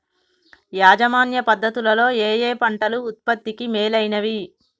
యాజమాన్య పద్ధతు లలో ఏయే పంటలు ఉత్పత్తికి మేలైనవి?